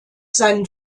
seinen